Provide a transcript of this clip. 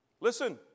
Listen